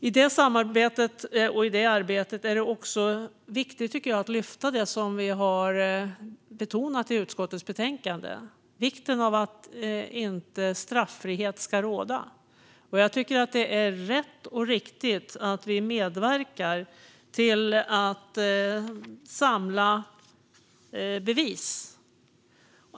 I det arbetet är det också viktigt att lyfta fram det som vi har betonat i utskottets betänkande, nämligen vikten av att straffrihet inte ska råda. Jag tycker att det är rätt och riktigt att vi medverkar till att samla bevis.